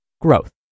Growth